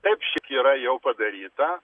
taip yra jau padaryta